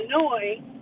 Illinois